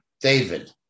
David